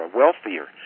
wealthier